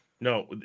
no